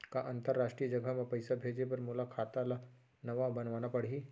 का अंतरराष्ट्रीय जगह म पइसा भेजे बर मोला खाता ल नवा बनवाना पड़ही?